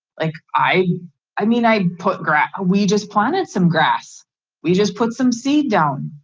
like i i mean i put grass ah we just planted some grass we just put some seed down.